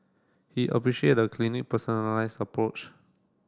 he appreciate the clinic personalised approach